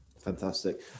Fantastic